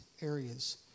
areas